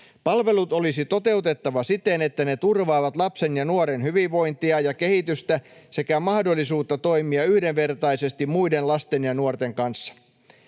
Palvelut olisi toteutettava siten, että ne turvaavat lapsen ja nuoren hyvinvointia ja kehitystä sekä mahdollisuutta toimia yhdenvertaisesti muiden lasten ja nuorten kanssa.